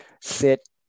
sit